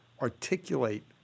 articulate